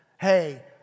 hey